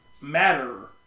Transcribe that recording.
matter